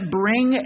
bring